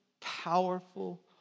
powerful